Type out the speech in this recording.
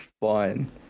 fun